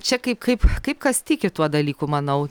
čia kaip kaip kaip kas tiki tuo dalyku manau